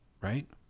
Right